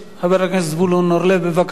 חבר הכנסת זבולון אורלב, בבקשה.